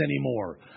anymore